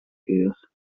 uur